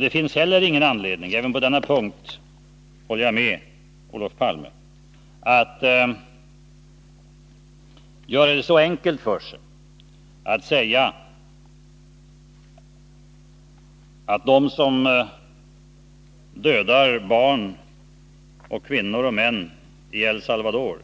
Det finns heller ingen anledning — även på denna punkt håller jag med Olof Palme — att göra det så enkelt för sig att man säger att de som dödar barn och kvinnor och män i El Salvador